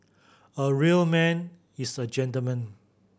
a real man is a gentleman